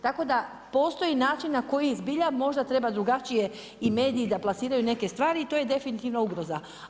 Tako da postoji način na koji zbilja možda treba drugačije i mediji da plasiraju neke stvari i to je definitivno ugroza.